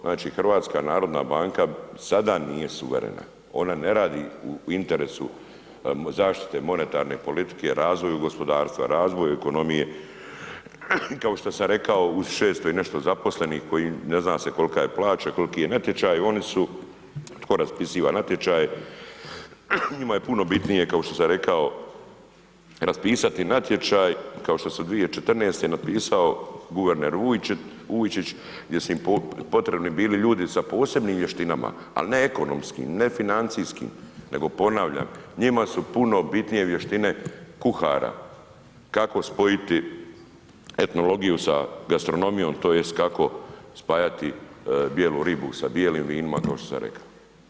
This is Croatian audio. Znači HNB sada nije suverena, ona ne radi u interesu zaštite monetarne politike, razvoju gospodarstva, razvoju ekonomije, kao što sam rekao uz 600 i nešto zaposlenih, koji ne zna se kolika je plaća, koliki je natječaj, oni su, tko raspisuje natječaje, njima je puno bitnije kao što sam rekao raspisati natječaj, kao što je 2014. napisao guverner Vujčić gdje su im potrebni bili ljudi sa posebnim vještinama, ali ne ekonomskih, ne financijskim nego ponavljam, njima su puno bitnije vještine kuhara, kako spojiti etnologiju sa gastronomijom tj. kako spajati bijelu ribu sa bijelim vinima, kao što sam rekao.